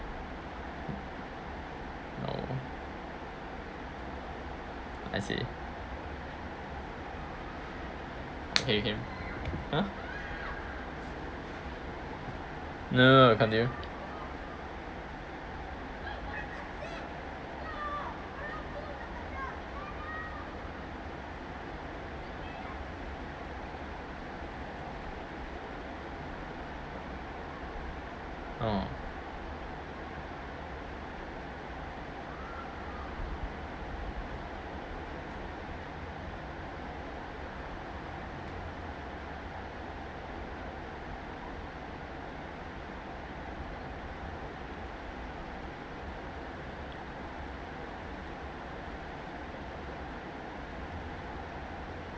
no I see pay him !huh! no no continue oh